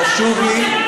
חשוב לי,